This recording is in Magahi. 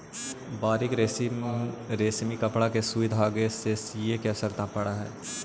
बारीक रेशमी कपड़ा के सुई धागे से सीए के आवश्यकता पड़त हई